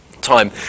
time